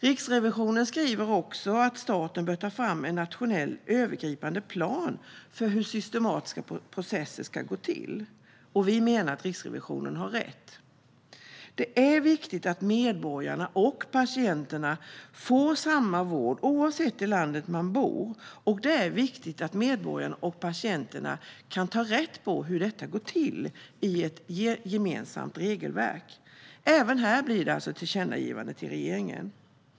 Riksrevisionen skriver också att staten bör ta fram en nationell övergripande plan för hur systematiska processer ska gå till. Vi menar att Riksrevisionen har rätt. Det är viktigt att medborgarna och patienterna får samma vård oavsett var i landet de bor. Och det är viktigt att medborgarna och patienterna kan ta reda på hur detta går till i ett gemensamt regelverk. Även här blir det alltså ett tillkännagivande till regeringen.